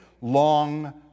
long